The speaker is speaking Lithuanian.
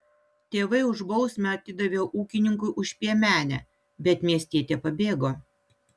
tėvai už bausmę atidavė ūkininkui už piemenę bet miestietė pabėgo